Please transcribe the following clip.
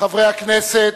חברי הכנסת,